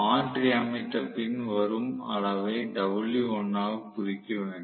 மாற்றி அமைத்த பின் வரும் அளவை W1 ஆக குறிக்க வேண்டும்